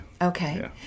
Okay